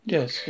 Yes